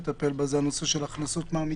לטפל בה זה הנושא של ההכנסות מהמתקן,